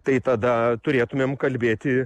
tai tada turėtumėm kalbėti